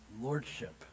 lordship